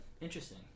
Interesting